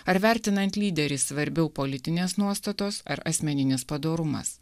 ar vertinant lyderį svarbiau politinės nuostatos ar asmeninis padorumas